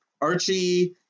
Archie